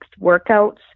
workouts